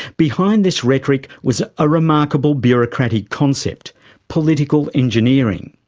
behind this rhetoric was a remarkable bureaucratic concept political engineering.